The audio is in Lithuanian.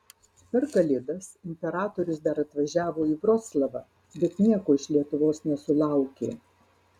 per kalėdas imperatorius dar atvažiavo į vroclavą bet nieko iš lietuvos nesulaukė